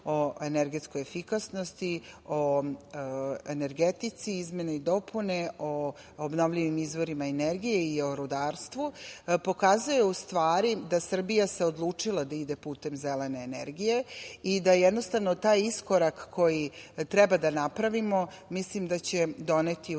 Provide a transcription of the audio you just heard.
o energetskoj efikasnosti, o energetici, izmene i dopune, o obnovljivim izvorima energije i o rudarstvu, pokazuje u stvari da se Srbija odlučila da ide putem zelene energije i da jednostavno, taj iskorak koji treba da napravimo, mislim da će doneti